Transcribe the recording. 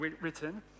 written